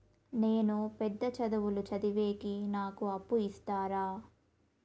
నేను పెద్ద చదువులు చదివేకి నాకు అప్పు ఇస్తారా